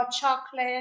chocolate